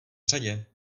řadě